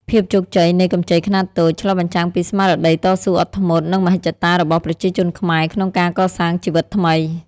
ភាពជោគជ័យនៃកម្ចីខ្នាតតូច ឆ្លុះបញ្ចាំងពីស្មារតីតស៊ូអត់ធ្មត់ និងមហិច្ឆតារបស់ប្រជាជនខ្មែរក្នុងការកសាងជីវិតថ្មី។